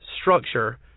structure